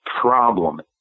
problem